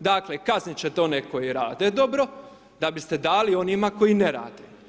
dakle kazniti ćete one koji rade dobro, da biste dali onima koji ne rade.